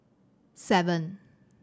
seven